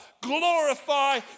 glorify